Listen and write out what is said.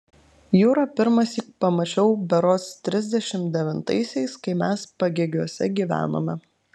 jūrą pirmąsyk pamačiau berods trisdešimt devintaisiais kai mes pagėgiuose gyvenome